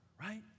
right